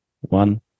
one